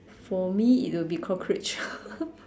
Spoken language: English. for me it would be cockroach